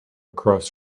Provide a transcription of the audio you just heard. across